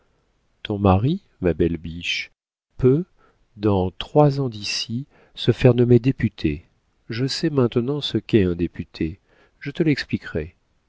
ton mari ma belle biche peut dans trois ans d'ici se faire nommer député je sais maintenant ce qu'est un député je te l'expliquerai